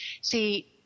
See